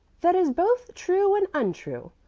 that is both true and untrue.